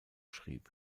schrieb